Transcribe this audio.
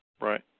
Right